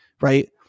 right